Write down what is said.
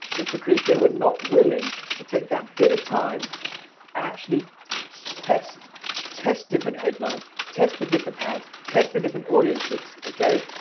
it's because they were not willing to take that bit of time and actually so test test different headline test the different ads test the different audiences okay,